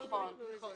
נכון.